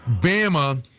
Bama